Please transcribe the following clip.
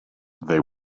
they